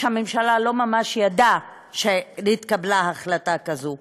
הממשלה לא ממש ידע שהתקבלה החלטה כזאת,